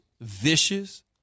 vicious